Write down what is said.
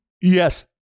Yes